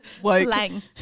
Slang